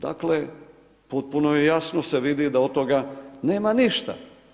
Dakle, potpuno jasno se vidi da od toga nema ništa.